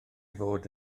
fod